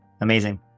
Amazing